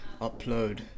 upload